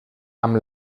amb